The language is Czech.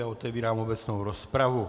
Otevírám obecnou rozpravu.